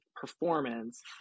performance